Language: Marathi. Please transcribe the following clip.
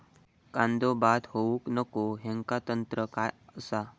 कांदो बाद होऊक नको ह्याका तंत्र काय असा?